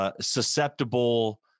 Susceptible